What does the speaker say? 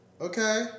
Okay